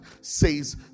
says